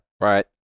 Right